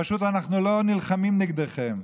פשוט אנחנו לא נלחמים נגדכם.